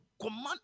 command